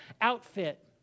outfit